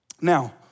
Now